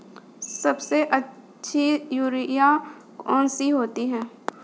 सबसे अच्छी यूरिया कौन सी होती है?